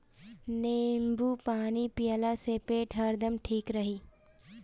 नेबू पानी पियला से पेट हरदम ठीक रही